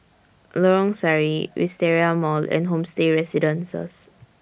Lorong Sari Wisteria Mall and Homestay Residences